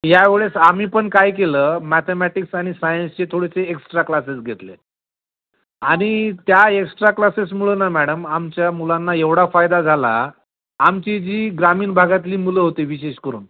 यावेळेस आम्ही पण काय केलं मॅथेमॅटिक्स आणि सायन्शचे थोडेसे एक्श्ट्रा क्लासेस घेतले आणि त्या एक्श्ट्रा क्लासेसमुळं ना मॅडम आमच्या मुलांना एवढा फायदा झाला आमची जी ग्रामीण भागातली मुलं होती विशेषकरून